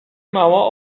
mało